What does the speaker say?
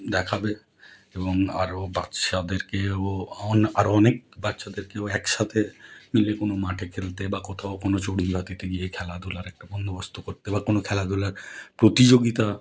দেখাবে এবং আরও বাচ্চাদেরকেও অন আরও অনেক বাচ্চাদেরকেও একসাথে মিলে কোনো মাঠে খেলতে বা কোথাও কোনো চড়ুইভাতিতে গিয়ে খেলাধুলার একটা বন্দোবস্ত করতে বা কোনো খেলাধুলার প্রতিযোগিতা